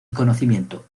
conocimiento